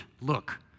look